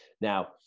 Now